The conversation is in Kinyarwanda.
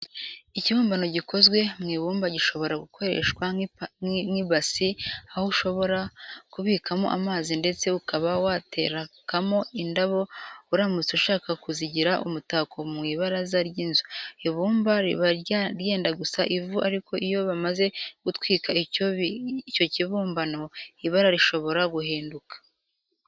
Ikibumbano gikozwe mu ibumba gishobora gukoreshwa nk'ibasi aho ushobora kubikamo amazi ndetse ukaba waterekamo indabo uramutse ushaka kuzigira umutako ku ibaraza ry'inzu. Ibumba riba ryenda gusa ivu ariko iyo bamaze gutwika icyo kibumbano ibara rishobora guhinduka.